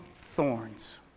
thorns